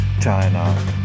China